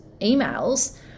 emails